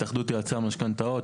התאחדות יועצי המשכנתאות.